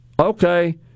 okay